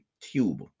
tube